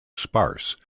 sparse